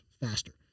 faster